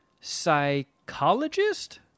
psychologist